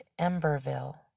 Emberville